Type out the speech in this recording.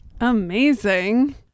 Amazing